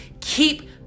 keep